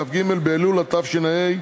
כ"ג באלול התשע"ה,